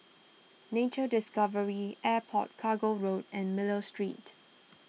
Nature Discovery Airport Cargo Road and Miller Street